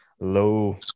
low